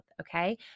okay